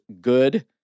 good